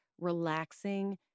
relaxing